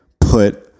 put